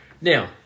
Now